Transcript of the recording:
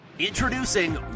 Introducing